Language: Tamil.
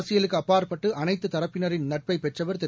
அரசியலுக்கு அப்பாற்பட்டு அனைத்து தரப்பினரின் நட்பை பெற்றவர் திரு